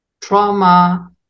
trauma